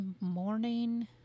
morning